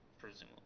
presumably